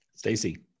Stacey